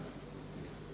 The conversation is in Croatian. Hvala